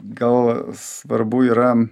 gal svarbu yra